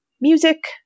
music